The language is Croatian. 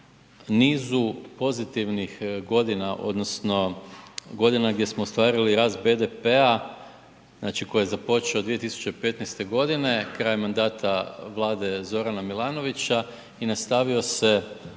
nizu pozitivnih godina odnosno godina gdje smo ostvarili rast BDP-a, znači koji je započeo 2015. godine krajem mandata vlade Zorana Milanovića i nastavio se